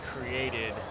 created